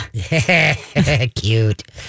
Cute